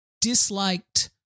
disliked